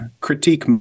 critique